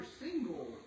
single